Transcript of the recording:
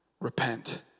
Repent